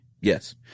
Yes